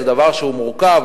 זה דבר שהוא מורכב,